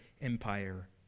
empire